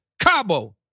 Cabo